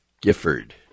Gifford